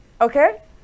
okay